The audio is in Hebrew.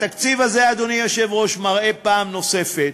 התקציב הזה, אדוני היושב-ראש, מראה פעם נוספת